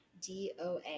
DOA